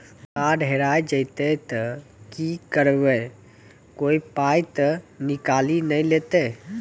Card हेरा जइतै तऽ की करवै, कोय पाय तऽ निकालि नै लेतै?